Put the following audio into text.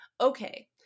okay